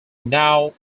now